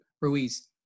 Ruiz